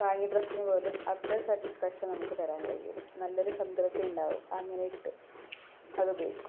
വാങ്ങിയ ഡ്രസ്സിനുപോലും അത്രയും സാറ്റിസ്ഫാക്ഷൻ നമുക്ക് തരാൻ കഴിയില്ല നല്ലയൊരു സംതൃപ്തിയുണ്ടാകും അങ്ങനെയിട്ട് അത് ഉപയോഗിക്കുമ്പോള്